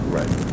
right